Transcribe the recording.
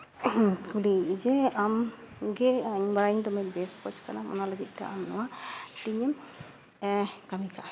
ᱠᱩᱞᱤᱭᱮᱭᱟ ᱡᱮ ᱟᱢ ᱤᱧ ᱵᱟᱲᱟᱭᱟᱹᱧ ᱫᱚᱢᱮ ᱵᱮᱥ ᱠᱳᱪ ᱠᱟᱱᱟᱢ ᱚᱱᱟ ᱞᱟᱹᱜᱤᱫᱛᱮ ᱟᱢ ᱱᱚᱣᱟ ᱛᱤᱧᱮᱢ ᱠᱟᱹᱢᱤ ᱠᱟᱜᱼᱟ